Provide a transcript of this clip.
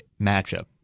matchup